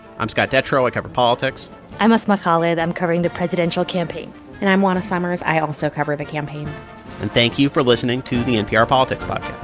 i'm scott detrow. i cover politics i'm asma khalid. i'm covering the presidential campaign and i'm juana summers. i also cover the campaign and thank you for listening to the npr politics but